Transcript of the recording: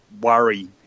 worry